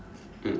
mm